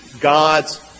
God's